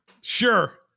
Sure